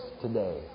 today